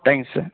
thank you sir